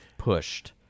pushed